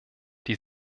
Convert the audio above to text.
die